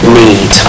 need